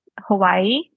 Hawaii